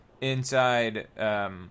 inside